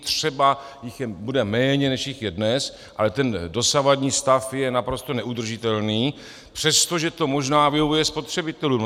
Třeba jich bude méně, než jich je dnes, ale ten dosavadní stav je naprosto neudržitelný, přestože to možná vyhovuje spotřebitelům.